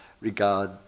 regard